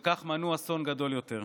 בכך מנעו אסון גדול יותר.